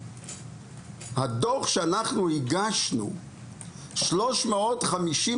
הדו"ח שאנחנו הגשנו לשר החינוך,